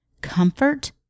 comfort